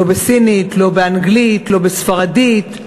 לא בסינית, לא באנגלית, לא בספרדית,